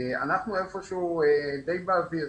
אנחנו איפה שהוא די באוויר.